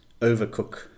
overcook